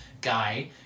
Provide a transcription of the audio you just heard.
guy